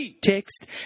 text